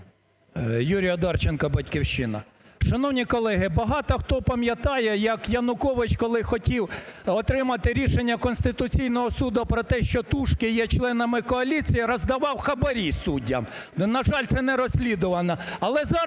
Юрій Одарченко, "Батьківщина". Шановні колеги, багато хто пам’ятає, як Янукович, коли хотів отримати рішення Конституційного Суду про те, що "тушки" є членами коаліції, роздавав хабарі суддям, на жаль, це не розслідувано.